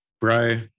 Bro